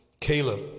Caleb